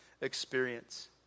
experience